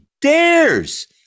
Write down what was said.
dares